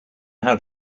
how